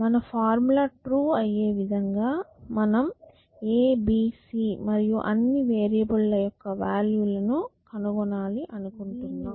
మన formula true అయ్యే విధంగా మనం a b c మరియు అన్ని వేరియబుల్ ల యొక్క వాల్యూ లను కనుగొనాలి అనుకుంటున్నాం